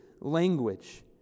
language